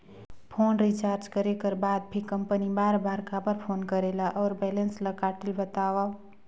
Phone recharge करे कर बाद भी कंपनी बार बार काबर फोन करेला और बैलेंस ल काटेल बतावव?